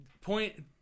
point